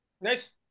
Nice